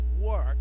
work